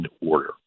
order